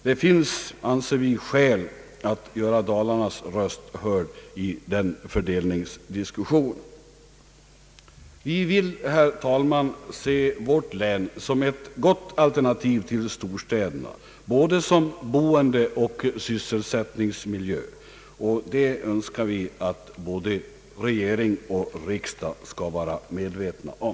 Det finns skäl att göra Dalarnas röst hörd i den fördelningsdiskussionen. Vi vill, herr talman, se vårt län som ett gott alternativ till storstäderna, både som boendeoch sysselsättningsmiljö. Det önskar vi att både regering och riksdag skall vara medvetna om.